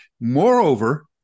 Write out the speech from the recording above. Moreover